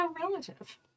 relative